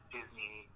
Disney